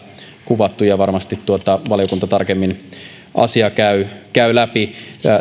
kuvattu ja varmasti valiokunta käy asiaa tarkemmin läpi